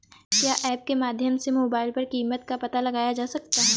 क्या ऐप के माध्यम से मोबाइल पर कीमत का पता लगाया जा सकता है?